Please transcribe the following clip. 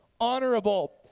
honorable